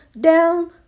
down